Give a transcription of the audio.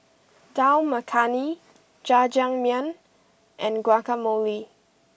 Dal Makhani Jajangmyeon and Guacamole